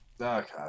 Okay